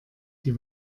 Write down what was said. die